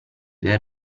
del